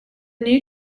new